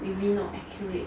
maybe not accurate